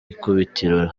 ikubitiro